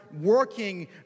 working